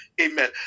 amen